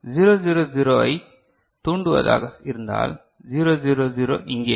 0 0 0 ஐத் தூண்டுவதாகச் இருந்தால் 0 0 0 இங்கே